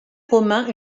romain